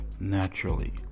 naturally